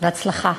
בהצלחה.